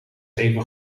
even